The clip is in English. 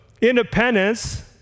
independence